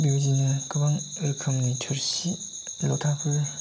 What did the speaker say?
बेबायदिनो गोबां रोखोमनि थोरसि लथाफोर